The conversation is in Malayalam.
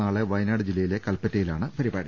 നാളെ വയ നാട് ജില്ലയിലെ കൽപ്പറ്റയിലാണ് പരിപാടി